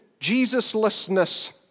jesuslessness